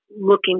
looking